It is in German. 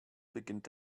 beginnt